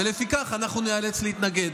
ולפיכך אנחנו ניאלץ להתנגד.